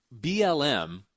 BLM